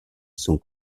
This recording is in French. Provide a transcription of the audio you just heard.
sont